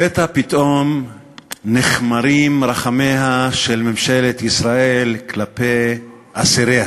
לפתע פתאום נכמרים רחמיה של ממשלת ישראל על אסיריה,